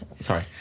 sorry